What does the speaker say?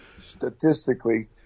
statistically